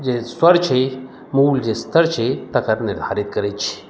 जे स्वर छै मूल जे स्तर छै तकर निर्धारित करै छी